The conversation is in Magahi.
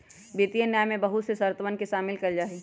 वित्तीय न्याय में बहुत से शर्तवन के शामिल कइल जाहई